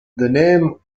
name